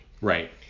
Right